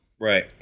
Right